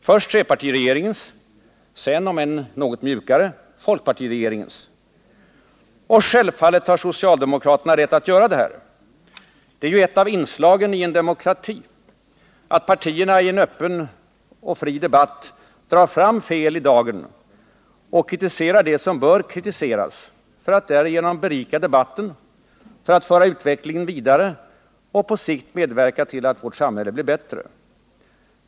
Först trepartiregeringens. Sedan — om än något mjukare — folkpartiregeringens. Och självfallet har socialdemokraterna rätt att göra det. Det är ju ett av inslagen i en demokrati, att partierna i en öppen och fri debatt drar fram fel i öppen dager och kritiserar det som bör kritiseras, för att därigenom berika debatten, föra utvecklingen vidare och på sikt medverka till att vårt samhälle blir bättre.